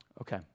Okay